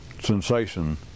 sensation